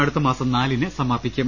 അടുത്തമാസം നാലിന് സമാപിക്കും